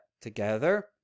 together